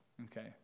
Okay